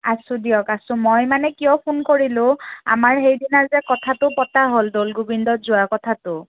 আছোঁ দিয়ক আছোঁ মই মানে কিয় ফোন কৰিলোঁ আমাৰ সেইদিনা যে কথাটো পতা হ'ল দৌল গোবিন্দত যোৱা কথাটো